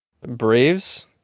Braves